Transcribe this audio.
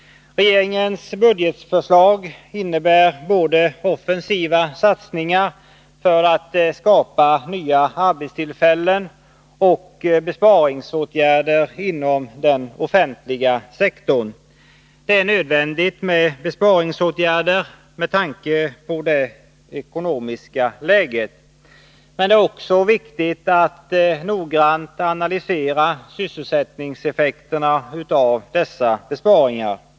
Regeringens budgetförslag innebär både offensiva satsningar för att skapa nya arbetstillfällen och besparingsåtgärder inom den offentliga sektorn. Det är nödvändigt med besparingsåtgärder med tanke på det ekonomiska läget. Men det är också viktigt att noggrant analysera sysselsättningseffekterna av dessa besparingar.